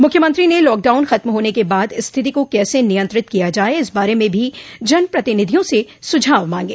मुख्यमंत्री ने लॉकडाउन खत्म होने के बाद स्थिति को कैसे नियंत्रित किया जाये इस बारे में भी जनप्रतिनिधियों से सुझाव मांगे